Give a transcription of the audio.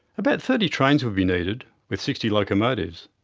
about thirty trains would be needed, with sixty locomotives.